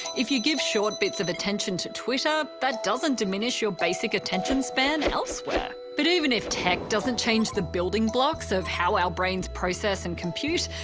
if you give short bits of attention to twitter, that but doesn't diminish your basic attention span elsewhere. but even if tech doesn't change the building blocks of how our brains process and compute,